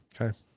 Okay